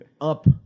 up